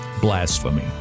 blasphemy